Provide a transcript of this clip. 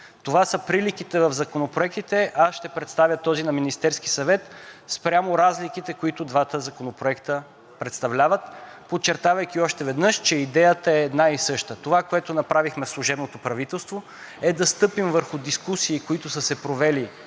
Това са приликите в законопроектите. Аз ще представя този на Министерския съвет спрямо разликите, които двата законопроекта представляват, подчертавайки още веднъж, че идеята е една и съща. Това, което направихме в служебното правителство, е да стъпим върху дискусии, които са се провели